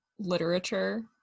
Literature